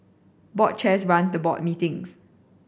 board chairs run the board meetings